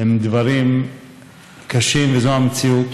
הם דברים קשים, וזו המציאות.